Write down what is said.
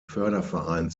förderverein